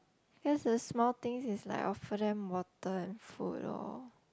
guess the small things is like offer them water and food lor